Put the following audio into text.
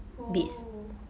oh